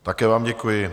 Také vám děkuji.